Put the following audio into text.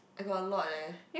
I got a lot eh